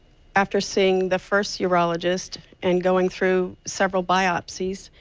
after seeing the first urologist and going through several biopsy,